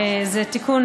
זה התיקון.